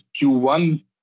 Q1